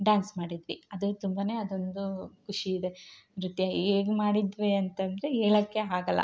dance ಮಾಡಿದ್ವಿ ಅದು ತುಂಬಾ ಅದೊಂದು ಖುಷಿಯಿದೆ ನೃತ್ಯ ಹೇಗೆ ಮಾಡಿದ್ವಿ ಅಂತಂದರೆ ಹೇಳೊಕ್ಕೆ ಆಗೋಲ್ಲ